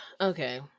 Okay